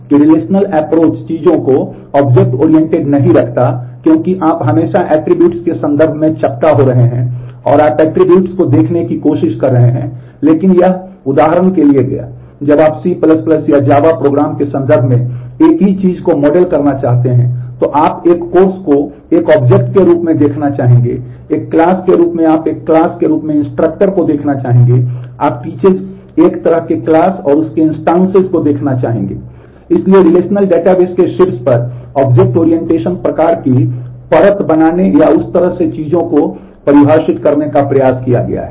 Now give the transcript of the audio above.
इसलिए relational database के शीर्ष पर ऑब्जेक्ट ओरिएंटेशन प्रकार की परत बनाने या उस तरह से चीजों को परिभाषित करने का प्रयास किया गया है